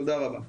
תודה רבה.